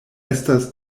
estas